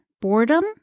boredom